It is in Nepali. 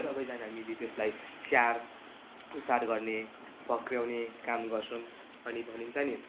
सबैजना मिली त्यसलाई स्याहार सुसार गर्ने फक्राउने काम गर्छौँ अनि भनिन्छ नि